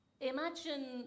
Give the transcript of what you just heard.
Imagine